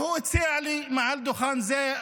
והוא הציע לי מעל דוכן זה,